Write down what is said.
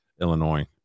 Illinois